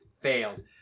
fails